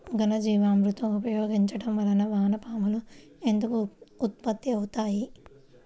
ఘనజీవామృతం ఉపయోగించటం వలన వాన పాములు ఎందుకు ఉత్పత్తి అవుతాయి?